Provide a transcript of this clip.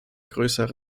größerer